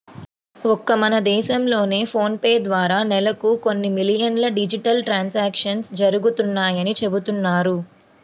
ఒక్క మన దేశంలోనే ఫోన్ పే ద్వారా నెలకు కొన్ని మిలియన్ల డిజిటల్ ట్రాన్సాక్షన్స్ జరుగుతున్నాయని చెబుతున్నారు